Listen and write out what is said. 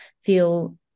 feel